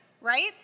right